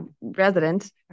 resident